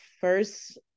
first